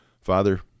Father